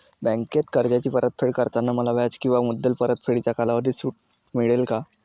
बँकेत कर्जाची परतफेड करताना मला व्याज किंवा मुद्दल परतफेडीच्या कालावधीत सूट मिळेल का?